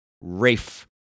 Rafe